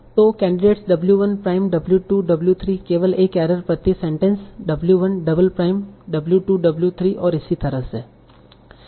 तो candidates W 1 prime W 2 W 3 केवल एक एरर प्रति sentence W 1 double prime W2 W3 और इसी तरह से